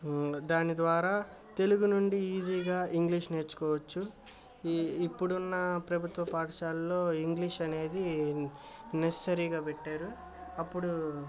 దాని ద్వారా తెలుగు నుండి ఈజీగా ఇంగ్లీష్ నేర్చుకోవచ్చు ఈ ఇప్పుడున్న ప్రభుత్వ పాఠశాల్లో ఇంగ్లీష్ అనేది నెసస్సరిగా పెట్టారు అప్పుడు